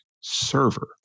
Server